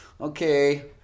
okay